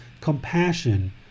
compassion